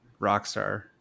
Rockstar